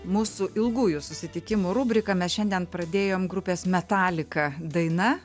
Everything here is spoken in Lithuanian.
mūsų ilgųjų susitikimų rubriką mes šiandien pradėjom grupės metalika daina